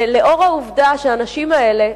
לנוכח העובדה שהאנשים האלה,